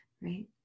Right